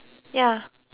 ya